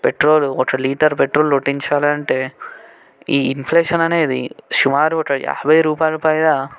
petrol ఒక litre petrol కొట్టించాలంటే ఈ ఇన్ఫ్లేషన్ అనేది సుమారు ఒక యాభై రూపాయలు పైగా